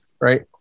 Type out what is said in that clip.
right